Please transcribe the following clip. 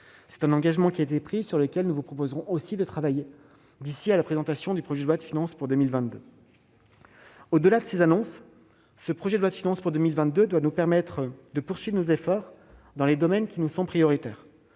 C'est un engagement sur lequel nous vous proposerons aussi de travailler d'ici à la présentation du projet de loi de finances pour 2022. En outre, ce projet de loi de finances pour 2022 doit être l'occasion de poursuivre nos efforts dans les domaines qui nous apparaissent prioritaires.